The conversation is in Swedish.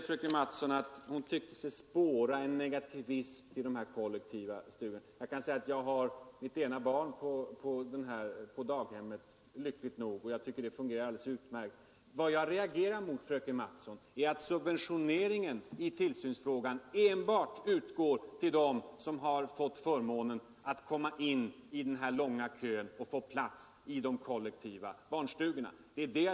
Fröken Mattson sade att hon tyckte sig spåra en negitivism till den kollektiva formen. Jag kan tala om att jag har mitt ena barn på daghem, lyckligt nog, och jag tycker det fungerar alldeles utmärkt. Vad jag reagerar mot, fröken Mattson, är att subventioneringen enbart utgår till dem som har fått förmånen att få plats för barnen inom de kollektiva barnstugorna.